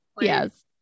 yes